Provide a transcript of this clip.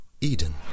Eden